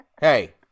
hey